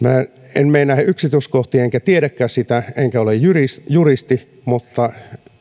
en mene näihin yksityiskohtiin enkä tiedäkään niitä enkä ole juristi juristi mutta